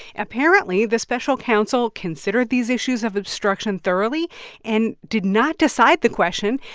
apparently, the special counsel considered these issues of obstruction thoroughly and did not decide the question.